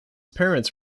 parents